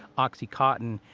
oxycontin,